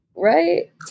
Right